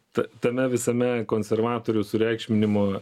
ta tame visame konservatorių sureikšminimo